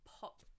pop